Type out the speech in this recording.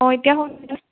অঁ এতিয়া শুন